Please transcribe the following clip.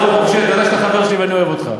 אתה על הבמה